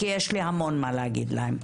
כי יש לי המון מה להגיד להם,